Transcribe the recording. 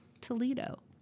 Toledo